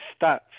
stats